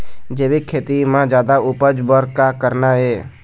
जैविक खेती म जादा उपज बर का करना ये?